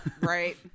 Right